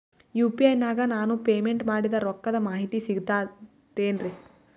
UPI ನಾಗ ನಾನು payment ಮಾಡಿದ ರೊಕ್ಕದ ಮಾಹಿತಿ ಸಿಕ್ತಾತೇನ್ರೀ?